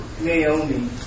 Naomi